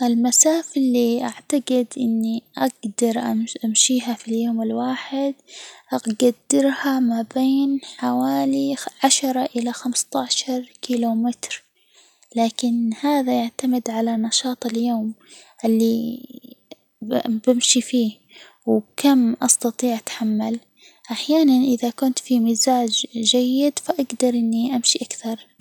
المسافة اللي أعتجد أني أجدر أمشيها في اليوم الواحد أجدرها ما بين حوالي عشرة إلى خمسة عشر كيلومتر، لكن هذا يعتمد على نشاط اليوم اللي بمشي فيه وكم أستطيع أتحمل أحيانًا، إذا كنت في مزاج جيد، فأجدر إني أمشي أكثر.